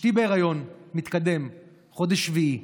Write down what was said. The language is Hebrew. אשתי בהיריון מתקדם, חודש שביעי.